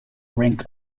rank